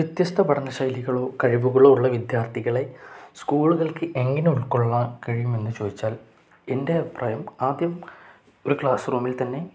വ്യത്യസ്ത പഠന ശൈലികളോ കഴിവുകളോ ഉള്ള വിദ്യാർത്ഥികളെ സ്കൂളുകൾക്ക് എങ്ങനെ ഉൾക്കൊള്ളാൻ കഴിയും എന്ന് ചോദിച്ചാൽ എൻ്റെ അഭിപ്രായം ആദ്യം ഒരു ക്ലാസ് റൂമിൽ തന്നെ